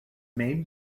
main